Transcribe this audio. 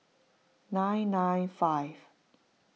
nine nine five